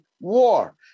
war